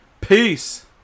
Peace